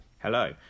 Hello